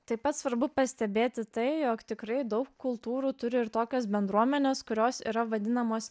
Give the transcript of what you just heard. taip pat svarbu pastebėti tai jog tikrai daug kultūrų turi ir tokios bendruomenės kurios yra vadinamos